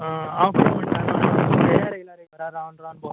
आं हांव कितें म्हणटालो बेजार एयला रे घरा रावन रावन बोसोन बोसोन